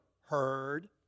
heard